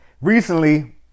Recently